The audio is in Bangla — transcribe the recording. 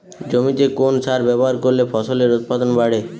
জমিতে কোন সার ব্যবহার করলে ফসলের উৎপাদন বাড়ে?